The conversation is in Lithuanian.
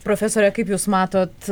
profesore kaip jūs matot